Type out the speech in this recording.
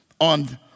on